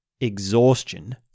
exhaustion